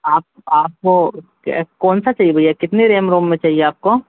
आप आप को कौन सा चाहिए भैया कितने रैम रोम में चाहिए आप को